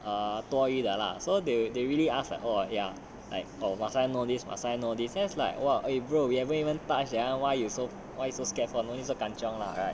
err 多余的 lah so they they really ask like oh ya oh must I know this must I know this then it's like !wah! eh bro we haven't even touch leh why you so why you so scared for no need so kanchiong lah right